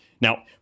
Now